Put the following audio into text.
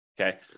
Okay